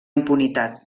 impunitat